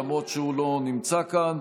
למרות שהוא לא נמצא כאן,